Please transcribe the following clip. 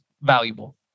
valuable